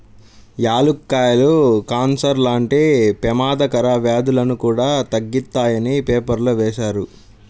యాలుక్కాయాలు కాన్సర్ లాంటి పెమాదకర వ్యాధులను కూడా తగ్గిత్తాయని పేపర్లో వేశారు